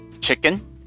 chicken